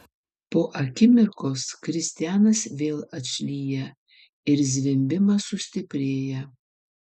po akimirkos kristianas vėl atšlyja ir zvimbimas sustiprėja